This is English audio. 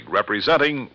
representing